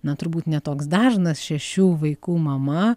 na turbūt ne toks dažnas šešių vaikų mama